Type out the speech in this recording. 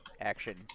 action